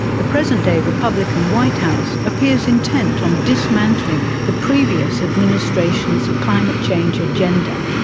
the present-day republican white house appears intent on dismantling the previous administration's climate change agenda.